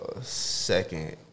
second